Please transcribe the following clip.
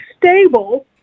stable